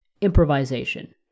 improvisation